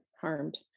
harmed